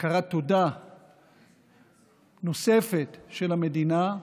הכרת תודה נוספת של המדינה.